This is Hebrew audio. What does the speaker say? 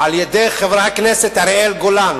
על-ידי חברות הכנסת אראלה גולן